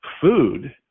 food